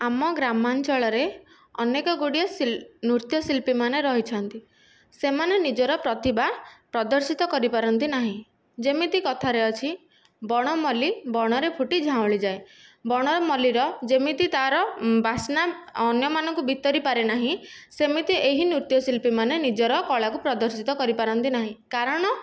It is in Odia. ଆମ ଗ୍ରାମାଞ୍ଚଳରେ ଅନେକ ଗୁଡ଼ିଏ ନୃତ୍ୟଶିଳ୍ପୀ ମାନେ ରହିଛନ୍ତି ସେମାନେ ନିଜର ପ୍ରତିଭା ପ୍ରଦର୍ଶିତ କରିପାରନ୍ତି ନାହିଁ ଯେମିତି କଥାରେ ଅଛି ବଣ ମଲ୍ଲି ବଣରେ ଫୁଟି ଝାଉଁଳି ଯାଏ ବଣ ମଲ୍ଲୀର ଯେମିତି ତାର ବାସ୍ନା ଅନ୍ୟମାନଙ୍କୁ ବିତରି ପାରେ ନାହିଁ ସେମିତି ଏହି ନୃତ୍ୟଶିଳ୍ପୀ ମାନେ ନିଜର କଳାକୁ ପ୍ରଦର୍ଶିତ କରିପାରନ୍ତି ନାହିଁ କାରଣ